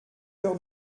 peur